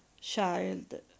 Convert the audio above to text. Child